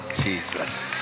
Jesus